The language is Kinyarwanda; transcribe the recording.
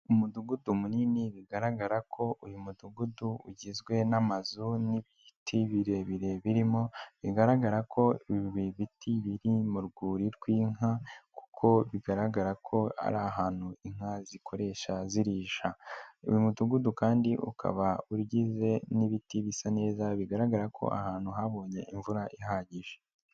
Umudugudu munini bigaragara ko uyu mudugudu ugizwe n'amazu n'ibiti birebire birimo bigaragara ko biti biri mu rwuri rw'inka kuko bigaragara ko ari ahantu inka zikoresha zirisha. Uyu mudugudu kandi ukaba ugize n'ibiti bisa neza bigaragara ko ahantu habonye imvura ihagije.